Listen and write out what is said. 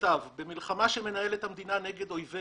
מי שהעמיד עצמו מרצון,